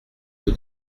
peu